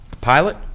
pilot